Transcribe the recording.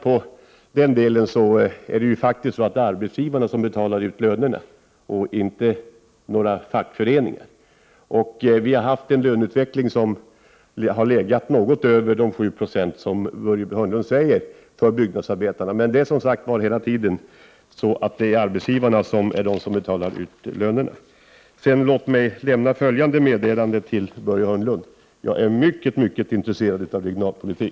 Men det är faktiskt arbetsgivarna som betalar ut lönerna och inte några fackföreningar. Byggnadsarbetarna har haft en löneutveckling som legat något över 7 26,som Börje Hörnlund nämnde. Men det är som sagt arbetsgivarna som betalar ut lönerna. Låt mig slutligen lämna följande meddelande till Börje Hörnlund: Jag är mycket mycket intresserad av regionalpolitik.